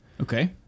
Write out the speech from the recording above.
Okay